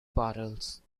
bottles